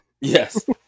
Yes